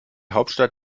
hauptstadt